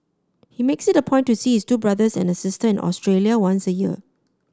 he makes it a point to sees two brothers and a sister in Australia once a year